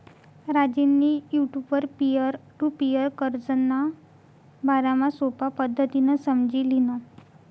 राजेंनी युटुबवर peer to peer कर्जना बारामा सोपा पद्धतीनं समझी ल्हिनं